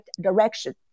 direction